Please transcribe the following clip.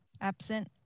Absent